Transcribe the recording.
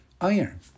iron